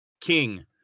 king